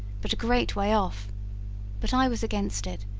but a great way off but i was against it,